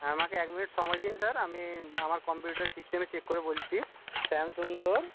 হ্যাঁ আমাকে এক মিনিট সময় দিন স্যার আমি আমার কম্পিউটার সিস্টেমে চেক করে বলছি শ্যামসুন্দর